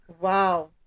wow